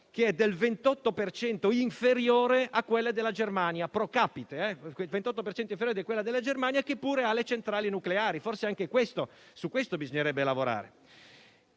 che è del 28 per cento inferiore a quella della Germania, che pure ha le centrali nucleari, e forse anche su questo bisognerebbe lavorare.